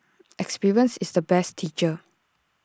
experience is the best teacher